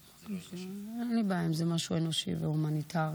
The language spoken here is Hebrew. אין לי בעיה, אם זה משהו אנושי והומניטרי.